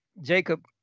Jacob